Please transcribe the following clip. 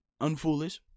unfoolish